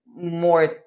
more